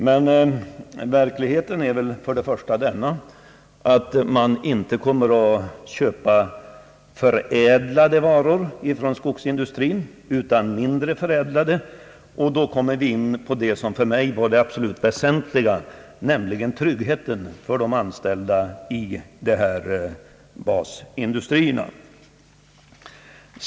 Men verkligheten är väl den, att man i utlandet inte i samma utsträckning som hittills kommer att köpa förädlade varor från skogsin dustrin utan i stället mindre förädlade. Därigenom riskerar vi återverkningar på det som för mig var det absolut väsentliga, nämligen tryggheten för de anställda i basindustrierna.